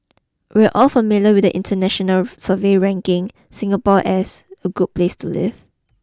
we're all familiar with the international surveys ranking Singapore as a good place to live